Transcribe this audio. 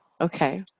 Okay